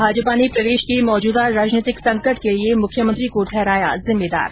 भाजपा ने प्रदेश के मौजूदा राजनैतिक संकट के लिए मुख्यमंत्री को ठहराया जिम्मेदार